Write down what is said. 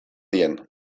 dien